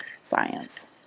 science